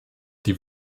die